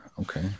Okay